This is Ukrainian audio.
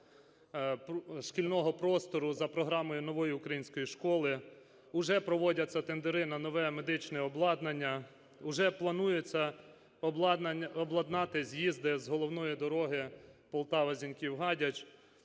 шкільного простору за програмою "Нової української школи", уже проводяться тендери на нове медичне обладнання, уже планується обладнати з'їзди з головної дороги Полтава-Зіньків-Гадяч.